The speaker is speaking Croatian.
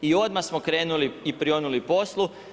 I odmah smo krenuli i prionuli poslu.